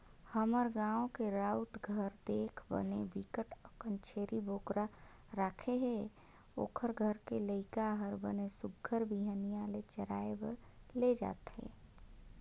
हमर गाँव के राउत घर देख बने बिकट अकन छेरी बोकरा राखे हे, ओखर घर के लइका हर बने सुग्घर बिहनिया ले चराए बर ले जथे